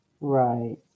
Right